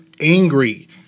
angry